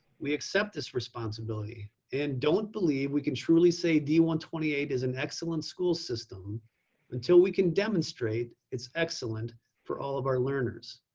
we accept this responsibility and don't believe we can truly say d one two eight is an excellent school system until we can demonstrate it's excellent for all of our learners.